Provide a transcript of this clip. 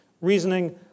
reasoning